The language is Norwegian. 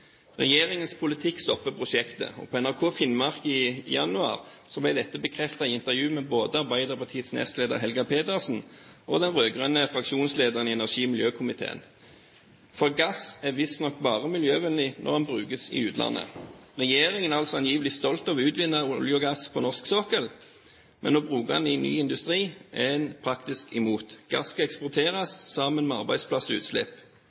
Regjeringens politikk stopper prosjektet. På NRK Finnmark i januar ble dette bekreftet i intervju med både Arbeiderpartiets nestleder, Helga Pedersen, og den rød-grønne fraksjonslederen i energi- og miljøkomiteen – for gass er visstnok bare miljøvennlig når den brukes i utlandet. Regjeringen er altså angivelig stolt over å utvinne olje og gass på norsk sokkel, men å bruke den i ny industri er en imot. Gass skal eksporteres sammen med arbeidsplasser og utslipp.